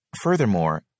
Furthermore